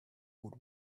would